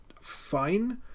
fine